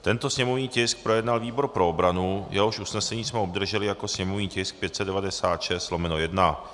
Tento sněmovní tisk projednal výbor pro obranu, jehož usnesení jsme obdrželi jako sněmovní tisk 596/1.